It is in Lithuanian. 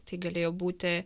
tai galėjo būti